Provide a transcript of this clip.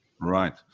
Right